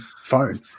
phone